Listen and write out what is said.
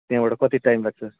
त्यहाँबाट कति टाइम लाग्छ